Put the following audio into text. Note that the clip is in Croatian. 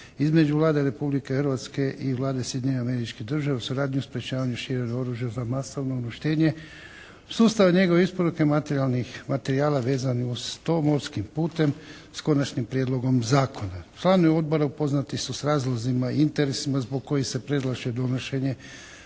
između Vlade Republike Hrvatske i Vlade Sjedinjenih Američkih Država u suradnji o sprječavanju širenja oružja za masovno uništenje, sustav njegove isporuke materijalnih materijala vezanih uz to morskim putem s Konačnim prijedlogom zakona. Članovi Odbora upoznati su sa razlozima, interesima zbog kojih se predlaže donošenje